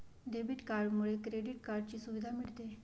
debit कार्डमुळे credit कार्डची सुविधा मिळते